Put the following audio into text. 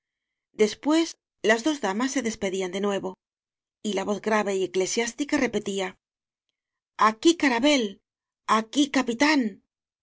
después las dos damas se des pedían de nuevo y la voz grave y eclesiás tica repetía aquí carabel aquí